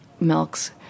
milks